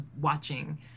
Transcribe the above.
watching